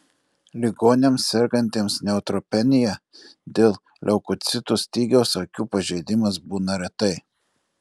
ligoniams sergantiems neutropenija dėl leukocitų stygiaus akių pažeidimas būna retai